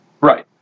Right